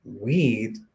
weed